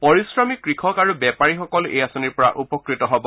পৰিশ্ৰমী কৃষক আৰু বেপাৰীসকল এই আঁচনিৰ পৰা উপকৃত হ'ব